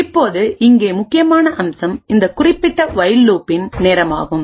இப்போது இங்கே முக்கியமான அம்சம் இந்த குறிப்பிட்ட ஒயில் லூப்பின்நேரமாகும்